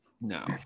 no